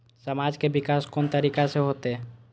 समाज के विकास कोन तरीका से होते?